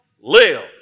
live